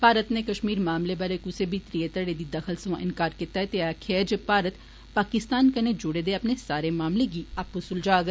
भारत नै कष्मीर मामले बारे कुसै बी त्रीयै धड़े दी दखल थमां इंकार कीता ऐ ते आक्खेआ ऐ जे भारत पाकिस्तान कन्नै जुड़े दे अपने सारे मामले गी आपूं सुलझाग